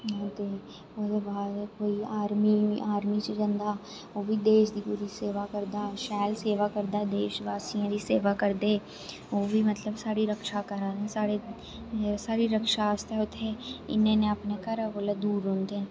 ओह्दे बाद कोई आर्मी आर्मी च जंदा ओ बी देश दी पूरी सेवा करदा शैल सेवा करदा देश वासियें दी सेवा करदे ओह् बी मतलब साढ़ी रक्षा करा दे ना साढ़ी रक्षा आस्तै उत्थै इन्ने इन्ने अपने घरा कोला दूर रोह्दे ना